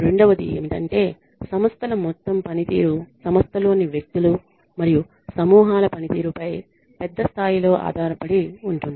రెండవది ఏమిటంటే సంస్థల మొత్తం పనితీరు సంస్థలోని వ్యక్తులు మరియు సమూహాల పనితీరుపై పెద్ద స్థాయిలో ఆధారపడి ఉంటుంది